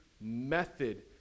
method